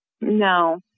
No